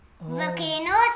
Volcanoes